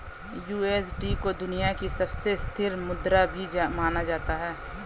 USD को दुनिया की सबसे स्थिर मुद्रा भी माना जाता है